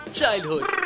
childhood